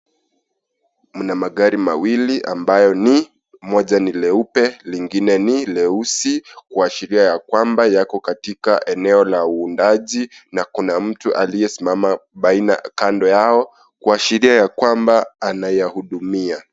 Muna magari mawili ambayo ni, moja ni leupe lingine ni leusi kuashiria ya kwamba yako katika eneo la uundaji na kuna mtu aliyesimama kando yao kuashiria ya kwamba anayahudumia.